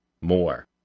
more